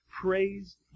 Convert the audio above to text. praised